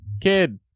kid